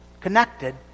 connected